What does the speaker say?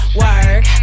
work